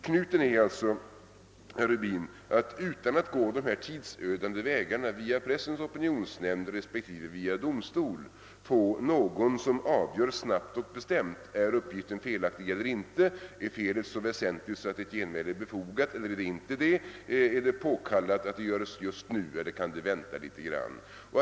Knuten är alltså att utan att gå de tidsödande vägarna via Pressens opinionsnämnd respektive domstol få någon som snabbt och bestämt kan avgöra om en uppgift är felaktig eller inte, om felet är så väsentligt att ett genmäle är befogat, om det är påkallat att beriktigandet göres genast eller om det kan vänta något.